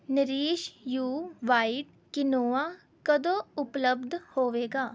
nourish you white quinoa ਕਦੋਂ ਉਪਲਬਧ ਹੋਵੇਗਾ